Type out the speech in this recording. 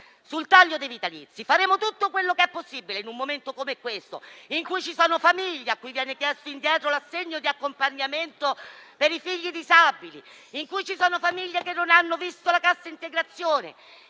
sul taglio dei vitalizi faremo tutto quello che è possibile in un momento come questo, in cui ci sono famiglie a cui viene chiesto indietro l'assegno di accompagnamento per i figli disabili, in cui ci sono famiglie che non hanno visto la cassa integrazione,